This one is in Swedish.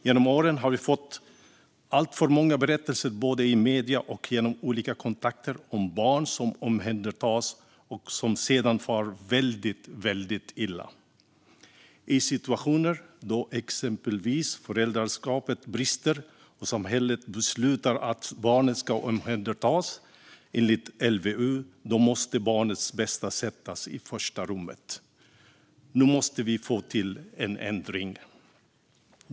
Genom åren har vi fått alltför många berättelser både i medierna och genom olika kontakter om barn som omhändertas och som sedan far väldigt illa. I situationer då exempelvis föräldraskapet brister och samhället beslutar att barnet ska omhändertas enligt LVU måste barnets bästa sättas i första rummet. Nu måste vi få till en ändring.